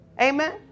Amen